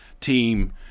team